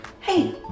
Hey